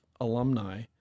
alumni